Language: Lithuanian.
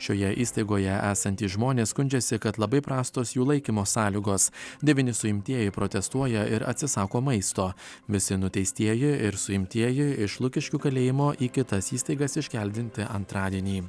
šioje įstaigoje esantys žmonės skundžiasi kad labai prastos jų laikymo sąlygos devyni suimtieji protestuoja ir atsisako maisto visi nuteistieji ir suimtieji iš lukiškių kalėjimo į kitas įstaigas iškeldinti antradienį